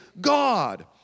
God